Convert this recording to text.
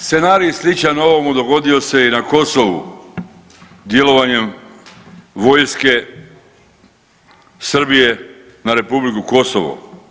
Scenarij sličan ovome dogodio se i na Kosovu djelovanjem vojske Srbije na Republiku Kosovo.